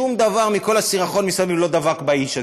שום דבר מכל הסירחון מסביב לא דבק באיש הזה,